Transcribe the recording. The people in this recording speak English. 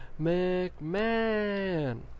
McMahon